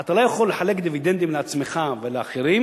אתה לא יכול לחלק דיבידנדים לעצמך ולאחרים